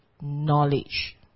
knowledge